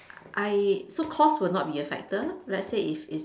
I so cost would not be a factor let's say if it's